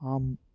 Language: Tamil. ஆம்